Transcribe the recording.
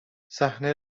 صحنه